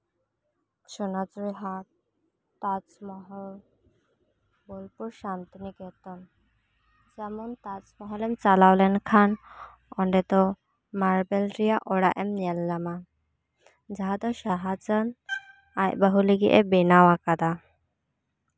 ᱥᱚᱱᱟᱡᱷᱩᱨᱤ ᱦᱟᱴ ᱛᱟᱡᱽ ᱢᱚᱦᱚᱞ ᱵᱳᱞᱯᱩᱨ ᱥᱟᱱᱛᱤᱱᱤᱠᱮᱛᱚᱱ ᱡᱮᱢᱚᱱ ᱛᱟᱡᱽ ᱢᱚᱦᱚᱞᱮᱢ ᱪᱟᱞᱟᱣ ᱞᱮᱱᱠᱷᱟᱱ ᱚᱸᱰᱮ ᱫᱚ ᱢᱟᱨᱵᱮᱞ ᱨᱮᱭᱟᱜ ᱚᱲᱟᱜ ᱮᱢ ᱧᱮᱞ ᱧᱟᱢᱟ ᱡᱟᱦᱟᱸ ᱫᱚ ᱥᱟᱦᱟᱡᱟᱦᱟᱱ ᱟᱡ ᱵᱟᱹᱦᱩ ᱞᱟᱹᱜᱤᱫᱼᱮ ᱵᱮᱱᱟᱣᱟᱠᱟᱫᱟ